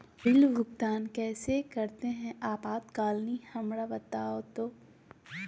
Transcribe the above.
Bill भुगतान कैसे करते हैं आपातकालीन हमरा बताओ तो?